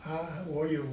err 我有